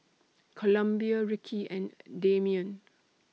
Columbia Rickie and Dameon